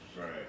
Right